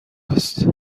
است